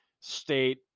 state